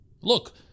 Look